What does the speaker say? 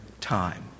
time